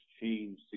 change